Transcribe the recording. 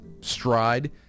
stride